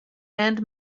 and